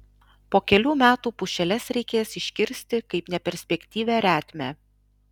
po kelių metų pušeles reikės iškirsti kaip neperspektyvią retmę